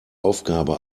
aufgabe